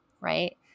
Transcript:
Right